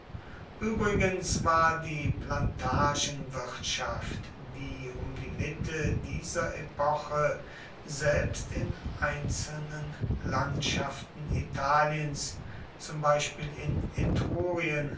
übrigens war die plantagenwirtschaft die um die mitte dieser epoche selbst in einzelnen landschaften italiens zum beispiel in